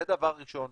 זה דבר ראשון.